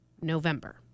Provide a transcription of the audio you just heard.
November